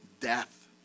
death